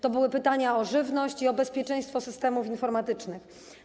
To były pytania o żywność i o bezpieczeństwo systemów informatycznych.